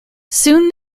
soon